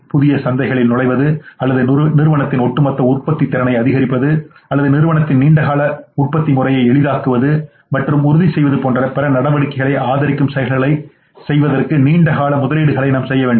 புதிய சந்தைகளில் நுழைவது அல்லது நிறுவனத்தின் ஒட்டுமொத்த உற்பத்தித் திறனை அதிகரிப்பது அல்லது நிறுவனத்தின் நீண்டகால உற்பத்தி முறையை எளிதாக்குவது மற்றும் உறுதிசெய்வது போன்ற பிற நடவடிக்கைகளை ஆதரிக்கும் செயல்களைச் செய்வதற்கு நீண்ட கால முதலீடுகளை நாம் செய்ய வேண்டும்